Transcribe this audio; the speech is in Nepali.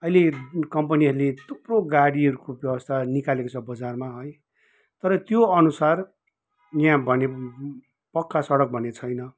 अहिले कम्पनीहरूले थुप्रो गाडीहरूको व्यवस्था निकालेको छ बजारमा है तर त्यो अनुसार यहाँ भने पक्का सडक भने छैन